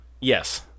Yes